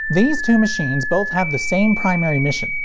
these two machines both have the same primary mission.